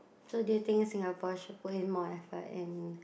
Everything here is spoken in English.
so do you think Singapore should put in more effort in